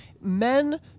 men